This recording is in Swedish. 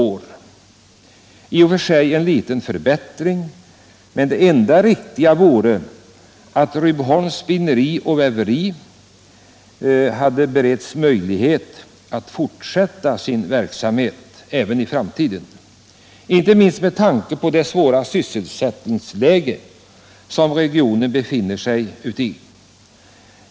Det är i och för sig en liten förbättring, men det enda riktiga vore att Rydboholms spinneri och väveri bereddes möjlighet att fortsätta sin verksamhet även i framtiden, inte minst med tanke på det svåra sysselsättningsläge som regionen befinner sig i.